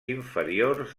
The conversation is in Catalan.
inferiors